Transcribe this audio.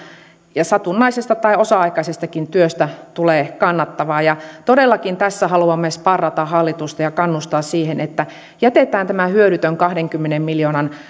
ja satunnaisesta tai osa aikaisestakin työstä tulee kannattavaa todellakin tässä haluamme sparrata hallitusta ja kannustaa siihen että jätetään tämä hyödytön kahdenkymmenen miljoonan